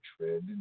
trend